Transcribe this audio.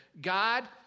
God